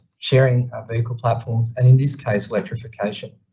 sharing vehicle platforms. and in this case, electrification.